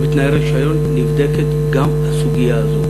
ובתנאי רישיון נבדקת גם הסוגיה הזו.